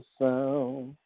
sound